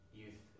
youth